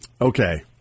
Okay